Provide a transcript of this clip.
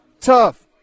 tough